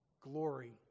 glory